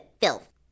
filth